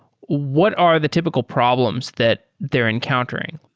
what are the typical problems that they're encountering?